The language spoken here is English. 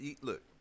Look